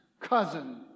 Cousin